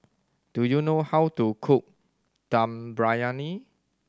do you know how to cook Dum Briyani